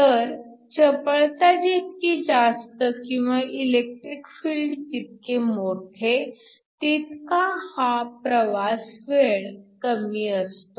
तर चपळता जितकी जास्त किंवा इलेक्ट्रिक फील्ड जितके मोठे तितका हा प्रवास वेळ कमी असतो